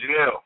Janelle